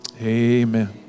amen